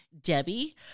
Debbie